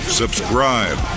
subscribe